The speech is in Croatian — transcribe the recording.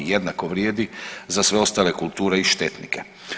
Jednako vrijedi za sve ostale kulture i štetnike.